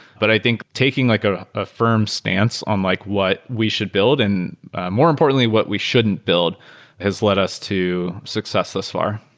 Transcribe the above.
but i think taking like a ah firm stance on like what we should build in, and more importantly what we shouldn't build has led us to success thus far.